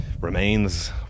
remains